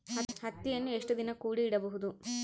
ಹತ್ತಿಯನ್ನು ಎಷ್ಟು ದಿನ ಕೂಡಿ ಇಡಬಹುದು?